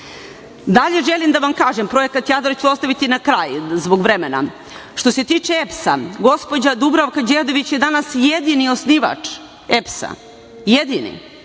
želim da vam kažem, projekat „Jadar“ ću ostaviti na kraj, zbog vremena. Što se tiče EPS-a, gospođa Dubravka Đedović je danas jedini osnivač EPS-a, jedini.